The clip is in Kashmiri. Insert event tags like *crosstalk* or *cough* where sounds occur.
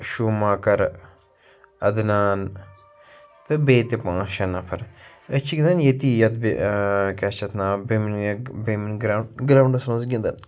شوٗماکر ادنان تہٕ بیٚیہِ تہِ پانٛژھ شےٚ نَفر أسۍ چھِ گِنٛدان ییٚتی یَتھ بہِ کیٛاہ چھِ اَتھ ناو بیٚمِنۍ *unintelligible* بیٚمِنۍ *unintelligible* گرٛاوُنٛڈَس منٛز گِنٛدان